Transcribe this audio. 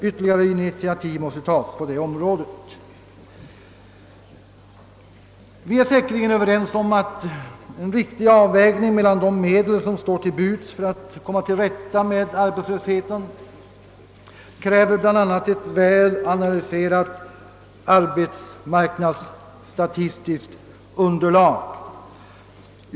Ytterligare initiativ måste tas på det området. Vi är säkerligen överens om att en riktig avvägning av användningen av de medel som står till förfogande för att komma till rätta med arbetslösheten kräver ett väl analyserat arbetsmarknadsstatistiskt underlag.